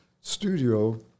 studio